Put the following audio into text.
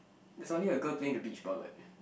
there's only a girl playing the beach ball what